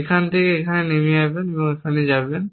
এখান থেকে এখানে থেকে এখানে যাবেন